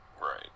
Right